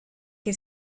que